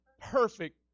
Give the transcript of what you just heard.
perfect